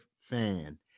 fan